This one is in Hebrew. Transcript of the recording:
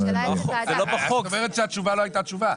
אז את אומרת שהתשובה לא הייתה תשובה.